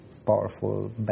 powerful